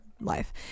life